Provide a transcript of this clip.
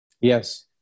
Yes